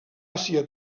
àsia